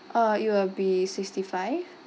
uh it will be sixty five